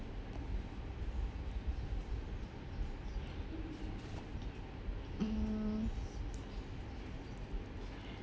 hmm